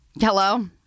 Hello